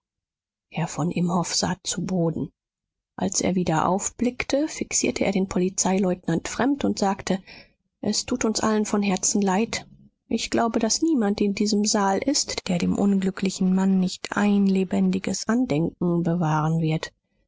herr von imhoff sah zu boden als er wieder aufblickte fixierte er den polizeileutnant fremd und sagte es tut uns allen von herzen leid ich glaube daß niemand in diesem saal ist der dem unglücklichen mann nicht ein lebendiges andenken bewahren wird